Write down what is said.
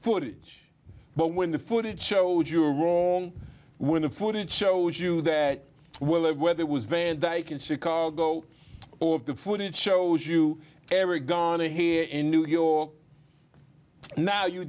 footage but when the footage showed you were wrong when the footage shows you that whether it was van dyke in chicago all of the footage shows you ever gone to here in new york now you